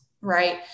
right